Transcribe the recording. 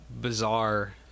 bizarre